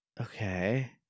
Okay